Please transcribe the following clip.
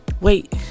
Wait